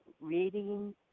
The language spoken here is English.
reading